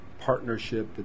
partnership